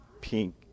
pink